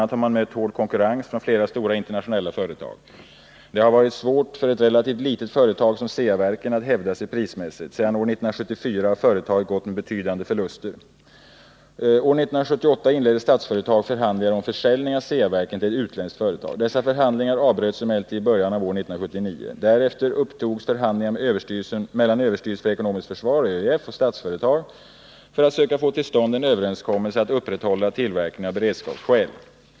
a. har man mött hård konkurrens från flera stora internationella företag. Det har varit svårt för ett relativt litet företag som Ceaverken att hävda sig prismässigt. Sedan år 1974 har företaget gått med betydande förluster. År 1978 inledde Statsföretag förhandlingar om försäljning av Ceaverken till ett utländskt företag. Dessa förhandlingar avbröts emellertid i början av år 1979. Därefter upptogs förhandlingar mellan överstyrelsen för ekonomiskt försvar och Statsföretag för att man skulle söka få till stånd en överenskommelse att upprätthålla tillverkningen av beredskapsskäl.